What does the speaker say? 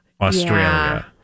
Australia